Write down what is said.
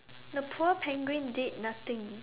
the poor penguin did nothing